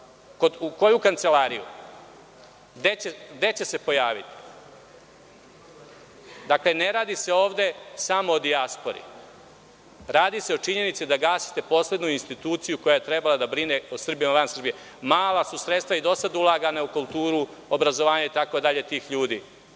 u koju kancelariju? Gde će se pojaviti? Dakle, ne radi ovde samo o dijaspori. Radi se o činjenici da gasite poslednju instituciju koja je trebala da brine o Srbima van Srbije. Mala su sredstva i do sada ulagana u kulturu, obrazovanje itd. tih ljudi,